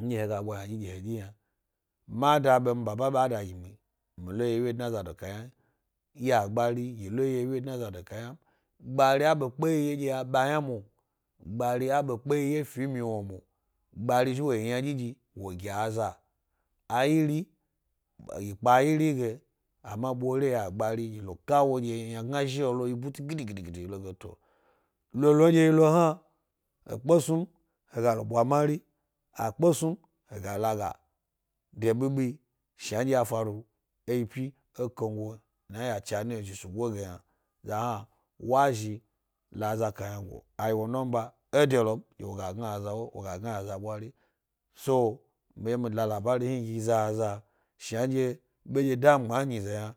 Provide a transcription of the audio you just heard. nɗye he ga bwa ynadyi ɗyi he ɗyi yna madabe mi baba ba da gi i, mi loyi wye dna zado kayna m. ya gban, yilo yi wye dna zado kayna m. gbari a be pke yi ye ɗye y aba yna mo-gbari zhi wo yi ynaɗyiɗyi wo gi ya a gbari yi lo kawodye ynagna zhi’o lo yi busti gidigdgidi yi lo ge lo lolo nɗye yi lo hna, he pkosnu m he ga lo ɓwa mari, hakosnu m. he ga laga da bibiyi shnanɗye a faru e yi pi, e kamu dna ya cha ni zhi mio zhi sugo ge hna. Za hna was hi la aza kayna go a yi wo nimba e de lom, ɗye wo ga gna aza wo, woga gna aza ɓwari. So, mi ye mida labari hni gi zaza shnanɗye be nɗye da mi gnma e nyize yna.